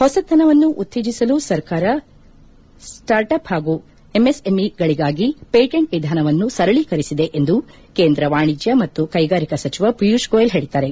ಹೊಸತನವನ್ನು ಉತ್ತೇಜಿಸಲು ಸರ್ಕಾರ ಸ್ಪಾರ್ಟ್ ಎಂಎಸ್ಎಂಇಗಳಿಗಾಗಿ ಪೇಟೆಂಟ್ ವಿಧಾನವನ್ನು ಸರಳೀಕರಿಸಿದೆ ಎಂದು ಕೇಂದ್ರ ವಾಣಿಜ್ಯ ಮತ್ತು ಕೈಗಾರಿಕಾ ಸಚಿವ ಪಿಯೂಷ್ ಗೋಯಲ್ ಹೇಳಿದ್ದಾರೆ